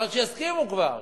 אבל רק שיסכימו כבר,